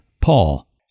Paul